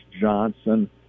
Johnson